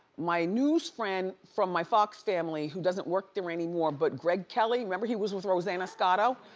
my news friend from my fox family who doesn't work there anymore, but greg kelly, remember he was with rosanna scotto.